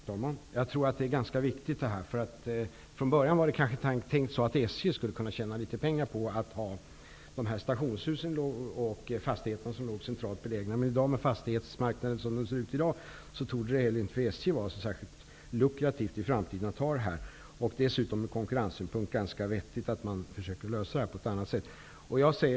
Herr talman! Jag tror att den här frågan är ganska viktig. Från början var det kanske tänkt att SJ skulle kunna tjäna litet pengar på att äga stationshusen och de centralt belägna fastigheterna. Som fastightesmarknaden ser ut i dag, torde det inte heller för SJ vara så särskilt lukrativt att i framtiden äga dessa fastigheter. Dessutom är det ur konkurrenssynpunkt ganska vettigt att man försöker lösa problemet på ett annat sätt.